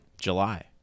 July